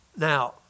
Now